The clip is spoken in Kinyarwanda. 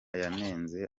yanenze